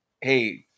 hey